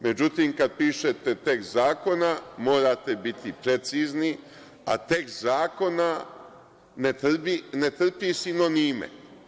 Međutim, kada pišete tekst zakona, morate bit precizni, a tekst zakona ne trpi sinonime.